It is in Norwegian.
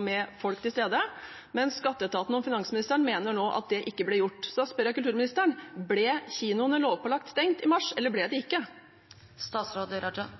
med folk til stede, mens skatteetaten og finansministeren nå mener at det ikke ble gjort. Så jeg spør kulturministeren: Ble kinoene lovpålagt stengt i mars, eller ble de det ikke?